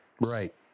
Right